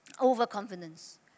Overconfidence